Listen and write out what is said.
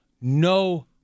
no